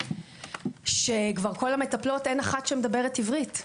שאין אחת שמדברת עברית.